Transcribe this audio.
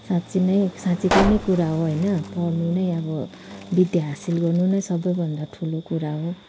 साँच्ची नै साँच्चीकै नै कुरा हो होइन पढ्नुनै अब विद्या हासिल गर्नु नै सबै भन्दा ठुलो कुरा हो